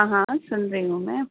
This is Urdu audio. ہاں سن رہی ہوں میں